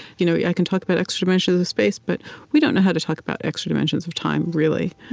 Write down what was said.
you know yeah i can talk about extra dimensions of space, but we don't know how to talk about extra dimensions of time, really,